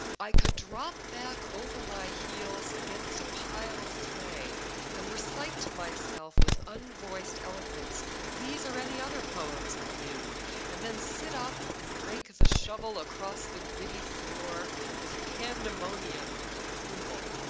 i could drop back over my heels against a pile of clay and recite to myself with unvoiced eloquence these or any other poems i knew and then sit up and rake the shovel across the gritty floor with pandemonium of approval.